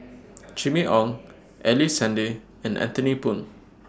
Jimmy Ong Ellice Handy and Anthony Poon